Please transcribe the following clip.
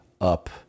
up